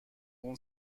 اون